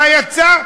מה יצא?